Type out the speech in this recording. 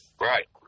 Right